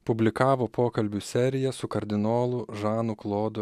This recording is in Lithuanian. publikavo pokalbių seriją su kardinolu žanu klodu